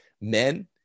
Men